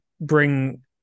bring